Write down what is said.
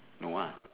no ah